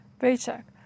paycheck